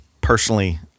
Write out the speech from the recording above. Personally